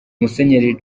musenyeri